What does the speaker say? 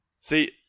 See